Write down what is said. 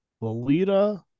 Lolita